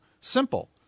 Simple